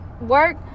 work